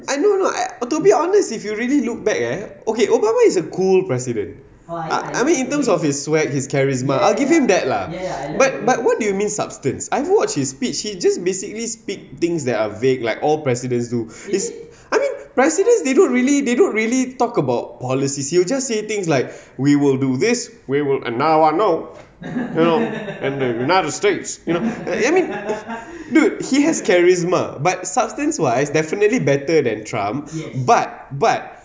I don't know to be honest if you really look back eh okay obama is a cool president I mean in terms of it's swag his charisma I'll give him that lah but but what do you mean substance I've watch his speech he just basically speak things that are vague like all presidents do his I mean presidents they don't really they don't really talk about policies you just say things like we will do this way we will and now I know in the united states you know I mean dude he has charisma but substance wise is definitely better than trump but but